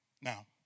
Now